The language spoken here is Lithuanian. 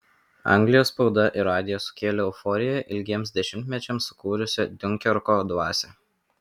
anglijos spauda ir radijas sukėlė euforiją ilgiems dešimtmečiams sukūrusią diunkerko dvasią